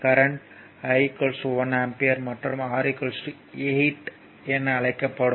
current 1 ampere மற்றும் R 8 என அழைக்கப்படும் ஆகும்